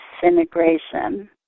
disintegration